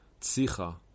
Tzicha